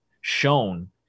shown